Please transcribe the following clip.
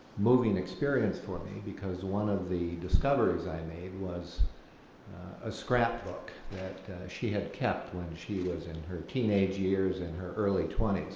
moving experience for me, because one of the discoveries i made was a scrapbook that she had kept when she was in her teenage years and her early twenty s.